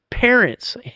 Parents